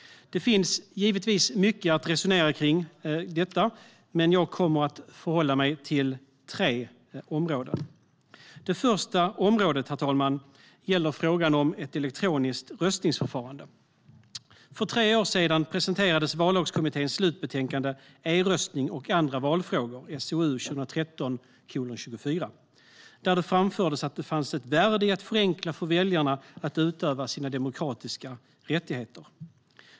Det finns givetvis mycket att resonera kring, men jag kommer att förhålla mig till tre områden. Det första området, herr talman, gäller frågan om ett elektroniskt röstningsförfarande. För tre år sedan presenterades Vallagskommitténs slutbetänkande E-röstning och andra valfrågor , SOU 2013:24, där det framfördes att det fanns ett värde i att förenkla för väljarna att utöva sina demokratiska rättigheter.